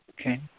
okay